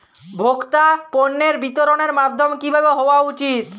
ভোক্তা পণ্যের বিতরণের মাধ্যম কী হওয়া উচিৎ?